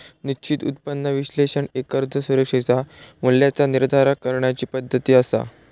निश्चित उत्पन्न विश्लेषण एक कर्ज सुरक्षेच्या मूल्याचा निर्धारण करण्याची पद्धती असा